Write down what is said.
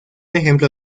ejemplo